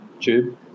tube